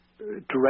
Direct